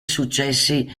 successi